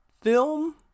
film